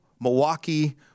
Milwaukee